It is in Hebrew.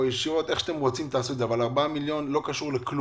תעשו את זה איך שאתם רוצים אבל ה-4 מיליון לא קשורים לכלום.